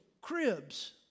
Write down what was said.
Cribs